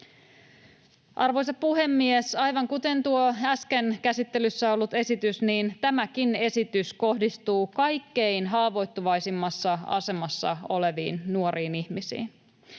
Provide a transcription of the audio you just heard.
Arvoisa puhemies! Aivan kuten tuo äsken käsittelyssä ollut esitys, tämäkin esitys kohdistuu kaikkein haavoittuvaisimmassa asemassa oleviin nuoriin ihmisiin.